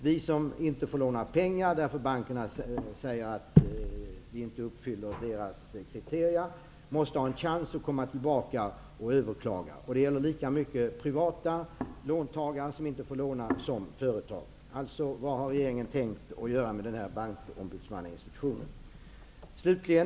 Vi som inte får låna pengar, därför att bankerna säger att vi inte uppfyller deras kriterier, måste ha en chans att komma tillbaka och överklaga. Detta gäller lika mycket privata låntagare som företagare. Vad har regeringen tänkt att göra med den här bankombudsmannainstitutionen?